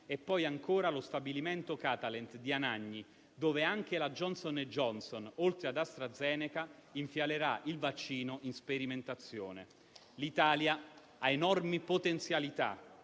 e poi, ancora, lo stabilimento Catalent di Anagni, dove anche la Johnson&Johnson, oltre ad AstraZeneca, infialerà il vaccino in sperimentazione. L'Italia ha enormi potenzialità